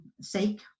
sake